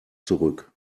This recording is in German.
zurück